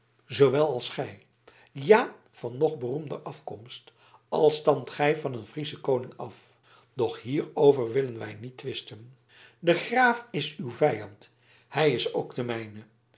zoowel als gij ja van nog beroemder afkomst al stamt gij van een frieschen koning af doch hierover willen wij niet twisten de graaf is uw vijand hij is ook de mijne